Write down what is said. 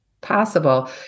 possible